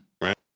right